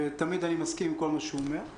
ותמיד אני מסכים עם כל מה שהוא אומר.